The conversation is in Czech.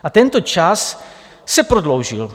A tento čas se prodloužil.